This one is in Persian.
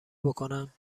بکنم